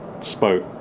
spoke